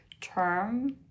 term